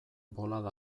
bolada